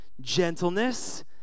gentleness